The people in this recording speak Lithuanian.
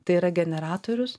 tai yra generatorius